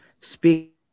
speak